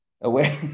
away